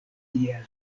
tiel